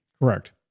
Correct